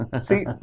See